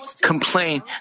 complain